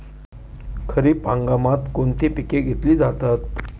खरीप हंगामात कोणती पिके घेतली जातात?